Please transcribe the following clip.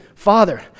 Father